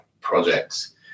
projects